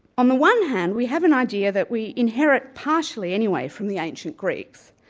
on the one hand, we have an idea that we inherit partially anyway, from the ancient greeks,